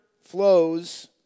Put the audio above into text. flows